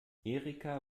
erika